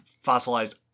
fossilized